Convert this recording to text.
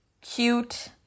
cute